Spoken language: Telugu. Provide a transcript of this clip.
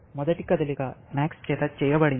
మొదటి కదలిక MAX చేత చేయబడింది